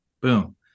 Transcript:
boom